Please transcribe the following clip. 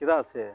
ᱪᱮᱫᱟ ᱥᱮ